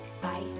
Bye